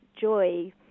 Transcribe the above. joy